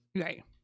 Right